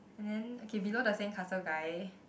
and then okay below the sand castle guy